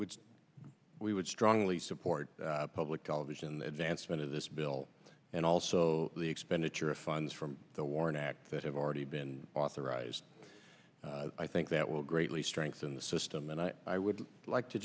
would we would strongly support public television the advancement of this bill and also the expenditure of funds from the war an act that have already been authorized i think that will greatly strengthen the system and i i would like to